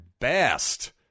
best